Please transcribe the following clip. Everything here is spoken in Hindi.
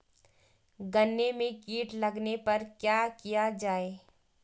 गन्ने में कीट लगने पर क्या किया जाये?